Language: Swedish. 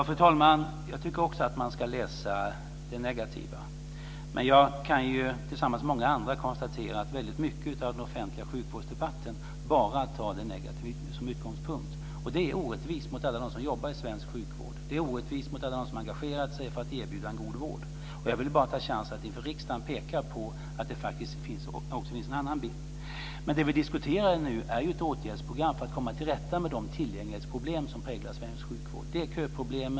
Fru talman! Jag tycker också att man ska läsa det negativa, men jag kan tillsammans med många andra konstatera att väldigt mycket av den offentliga sjukvårdsdebatten bara tar det negativa som utgångspunkt. Det är orättvist mot alla dem som jobbar i svensk sjukvård. Det är orättvist mot alla dem som har engagerat sig för att erbjuda en god vård. Jag vill bara ta chansen att inför riksdagen peka på att det faktiskt också finns en annan bild. Men det vi diskuterar nu är ett åtgärdsprogram för att komma till rätta med de tillgänglighetsproblem som präglar svensk sjukvård. Det är köproblemen.